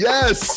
Yes